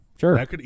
sure